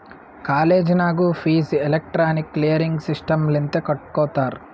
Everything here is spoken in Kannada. ಕಾಲೇಜ್ ನಾಗೂ ಫೀಸ್ ಎಲೆಕ್ಟ್ರಾನಿಕ್ ಕ್ಲಿಯರಿಂಗ್ ಸಿಸ್ಟಮ್ ಲಿಂತೆ ಕಟ್ಗೊತ್ತಾರ್